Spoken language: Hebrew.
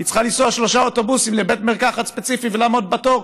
והיא צריכה לנסוע בשלושה אוטובוסים לבית מרקחת ספציפי ולעמוד בתור,